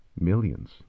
millions